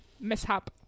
mishap